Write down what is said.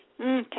Okay